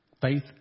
Faith